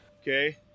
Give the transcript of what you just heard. Okay